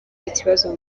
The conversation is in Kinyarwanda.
ikibazo